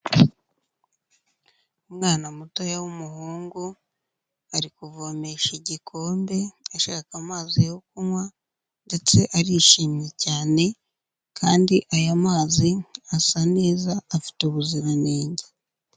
Umwana mutoya w'umuhungu ari kuvomesha igikombe ashaka amazi yo kunywa ndetse arishimye cyane, kandi aya mazi asa neza afite ubuziranenge.